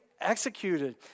executed